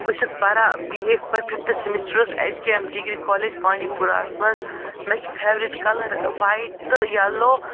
بہٕ چھَس پران بی اے فہ فِفتھٕ سٔمِسٹَرَس H K M degree college بانٛدی پوٗراہَس منٛز مےٚ چھِ فٮ۪ورِٹ کَلَر وایِٹ تہٕ یَلو